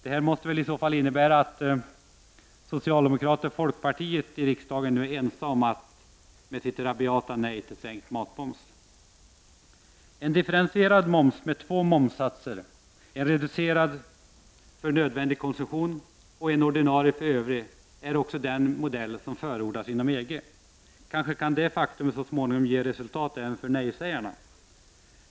Det här måste väl innebära att socialdemokraterna och folkpartiet nu i riksdagen börjar bli ensamma om sitt rabiata nej till en sänkt moms. En differentierad moms med två momssatser — en reducerad för nödvändig konsumtion och en ordinarie för övrig — är också den modell som förordas inom EG. Kanske kan detta faktum så småningom ge resultat även för nej-sägarna.